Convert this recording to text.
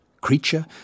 creature